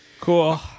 Cool